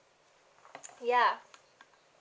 yeah